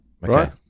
Right